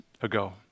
ago